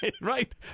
Right